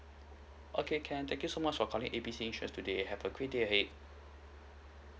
okay can thank you so much for calling A B C insurance today have a great day ahead